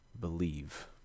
believe